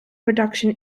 production